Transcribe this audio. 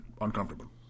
uncomfortable